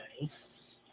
nice